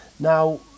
Now